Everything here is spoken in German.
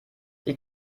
die